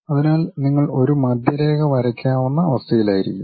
അതിനാൽ നിങ്ങൾ ഒരു മധ്യരേഖ വരയ്ക്കാവുന്ന അവസ്ഥയിലായിരിക്കും